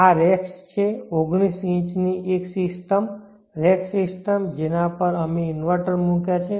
આ રેક્સ છે 19 ઇંચની રેક સિસ્ટમ કે જેના પર અમે ઇન્વર્ટર મૂક્યા છે